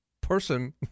person